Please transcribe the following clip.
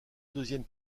deuxième